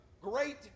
great